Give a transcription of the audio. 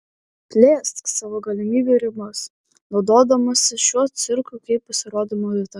plėsk savo galimybių ribas naudodamasi šiuo cirku kaip pasirodymų vieta